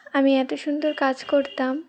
আমি এত সুন্দর কাজ করতাম